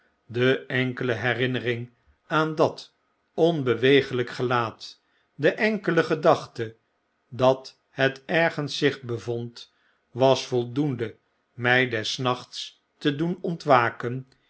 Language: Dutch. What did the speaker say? de enkele herinnering aan dat onbeweeglp gelaat de enkele gedachte dat het ergens zich bevond was voldoende my des nachts te doen ontwaken